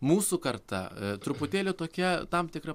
mūsų karta truputėlį tokia tam tikra